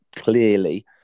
clearly